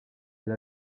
elle